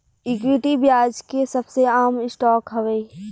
equity, ब्याज के सबसे आम स्टॉक हवे